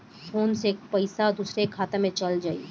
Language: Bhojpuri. फ़ोन से पईसा दूसरे के खाता में चल जाई?